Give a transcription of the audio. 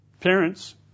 parents